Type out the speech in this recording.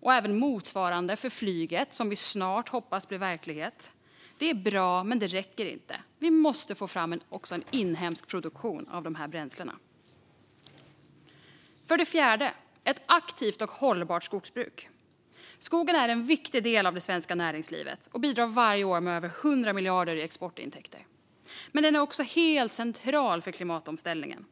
och motsvarande för flyget, som vi hoppas snart ska bli verklighet, är bra, men det räcker inte. Vi måste också få fram en inhemsk produktion av dessa bränslen. För det fjärde behöver vi ett aktivt och hållbart skogsbruk. Skogen är en viktig del av det svenska näringslivet och bidrar varje år med över 100 miljarder i exportintäkter. Den är också helt central för klimatomställningen.